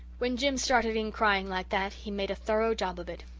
when jims started in crying like that he made a thorough job of it.